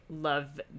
love